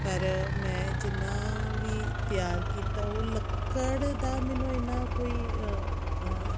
ਪਰ ਮੈਂ ਜਿੰਨਾ ਵੀ ਤਿਆਰ ਕੀਤਾ ਉਹ ਲੱਕੜ ਦਾ ਮੈਨੂੰ ਇੰਨਾ ਕੋਈ ਹਅ